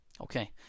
Okay